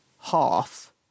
half